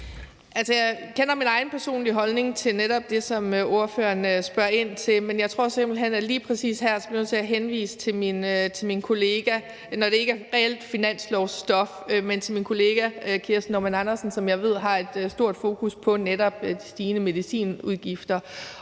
Jeg kender min egen personlige holdning til netop det, som ordføreren spørger ind til. Men jeg tror simpelt hen, at lige præcis her bliver jeg nødt til at henvise til min kollega, når det ikke er reelt finanslovsstof, Kirsten Normann Andersen, som jeg ved har et stort fokus på netop de stigende medicinudgifter.